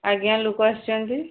ଆଜ୍ଞା ଲୋକ ଆସିଛନ୍ତି